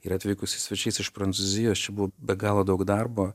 ir atvykusiais svečiais iš prancūzijos čia buvo be galo daug darbo